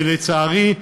לצערי,